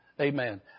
Amen